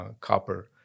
copper